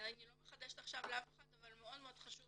אני לא מחדשת עכשיו לאף אחד אבל מאוד חשוב